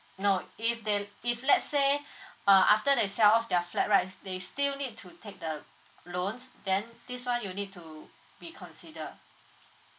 no if they if let's say uh after they sell off they flat right they still need to take the loans then this one you need to be consider